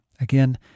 Again